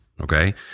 Okay